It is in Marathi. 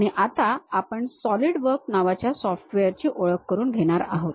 आणि आता आपण Solidworks नावाच्या सॉफ्टवेअर ची ओळख करून घेणार आहोत